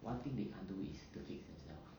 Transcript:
one thing they can't do is to fix themselves